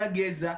לגזע,